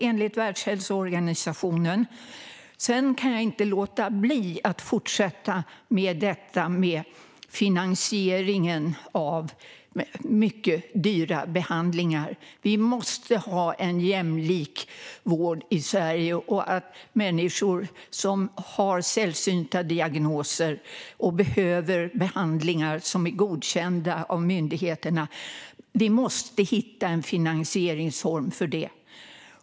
En samlad strategi för alkohol-, narkotika-, dopnings och tobaks-politiken samt spel om pengar 2022-2025 Sedan kan jag inte låta bli att fortsätta med detta med finansieringen av mycket dyra behandlingar. Vi måste ha en jämlik vård i Sverige. Det handlar om människor som har sällsynta diagnoser och som behöver behandlingar som är godkända av myndigheterna. Vi måste hitta en finansieringsform för det.